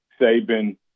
Saban